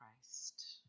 Christ